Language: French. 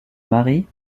marie